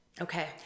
Okay